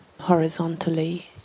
horizontally